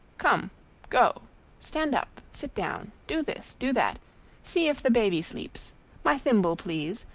come go stand up sit down do this do that see if the baby sleeps my thimble, please,